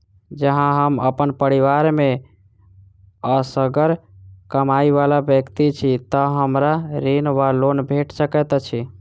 जँ हम अप्पन परिवार मे असगर कमाई वला व्यक्ति छी तऽ हमरा ऋण वा लोन भेट सकैत अछि?